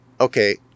Okay